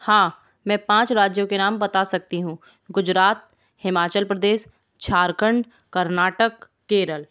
हाँ मैं पाँच राज्यों के नाम बात सकती हूँ गुजरात हिमाचल प्रदेश झारखण्ड कर्नाटक केरल